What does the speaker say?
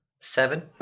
Seven